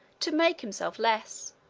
to make himself less.